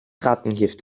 rattengift